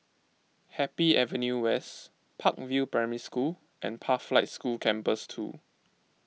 Happy Avenue West Park View Primary School and Pathlight School Campus two